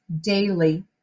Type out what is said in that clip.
daily